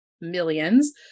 millions